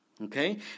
okay